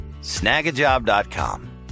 Snagajob.com